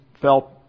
felt